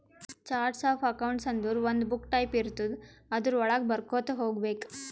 charts of accounts ಅಂದುರ್ ಒಂದು book type ಇರ್ತುದ್ ಅದುರ್ ವಳಾಗ ಬರ್ಕೊತಾ ಹೋಗ್ಬೇಕ್